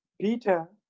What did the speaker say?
Peter